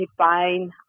Define